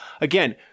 Again